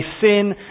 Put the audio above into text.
sin